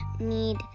need